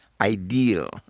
ideal